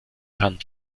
kann